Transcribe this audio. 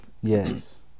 Yes